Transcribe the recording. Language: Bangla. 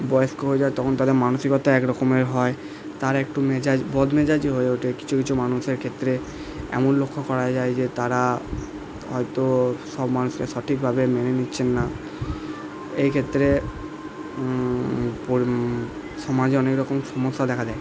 বয়স্ক হয়ে যায় তখন তাদের মানসিকতা একরকমের হয় তারা একটু মেজাজ বদ মেজাজি হয়ে ওঠে কিছু কিছু মানুষের ক্ষেত্রে এমন লক্ষ্য করা যায় যে তারা হয়তো সব মানুষকে সঠিকভাবে মেনে নিচ্ছেন না এই ক্ষেত্রে সমাজে অনেক রকম সমস্যা দেখা দেয়